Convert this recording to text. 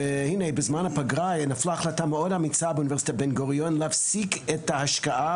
והנה בזמן הפגרה נפלה החלטה מאוד אמיצה באונ' בן גוריון להפסיק את ההשקעה